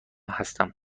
هستم